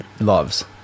loves